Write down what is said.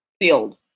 field